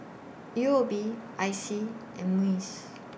U O B I C and Muis